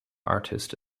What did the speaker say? artist